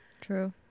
True